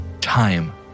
Time